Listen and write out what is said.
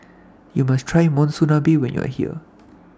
YOU must Try Monsunabe when YOU Are here